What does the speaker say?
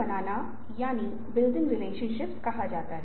हमने प्रस्तुतियों के संदर्भ में दृश्यों के महत्व के बारे में बात की है